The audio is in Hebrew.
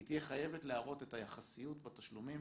היא תהיה חייבת להראות את היחסיות בתשלומים